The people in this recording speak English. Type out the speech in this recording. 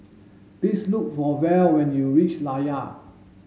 please look for Val when you reach Layar